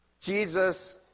Jesus